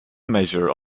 measure